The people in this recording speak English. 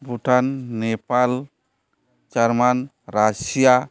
Bhutan Nepal German Russia